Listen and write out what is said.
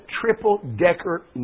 triple-decker